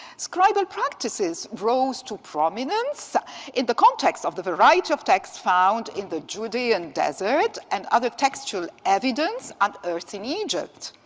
scribal practices rose to prominence in the context of the variety of texts found in the judean desert and other textual evidence unearthed in egypt.